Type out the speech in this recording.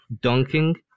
Dunking